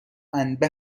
انبه